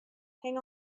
hang